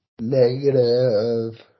Negative